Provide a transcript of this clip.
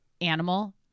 animal